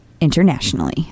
internationally